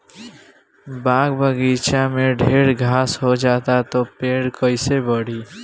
बाग बगइचा में ढेर घास हो जाता तो पेड़ कईसे बढ़ी